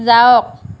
যাওঁক